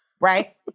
Right